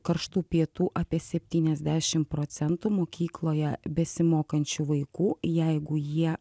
karštų pietų apie septyniasdešim procentų mokykloje besimokančių vaikų jeigu jie